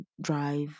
drive